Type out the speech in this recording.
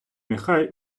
нехай